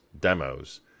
demos